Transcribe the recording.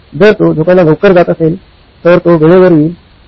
जर तो झोपायला लवकर जात असेल तर तो वेळेवर येईल